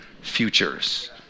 futures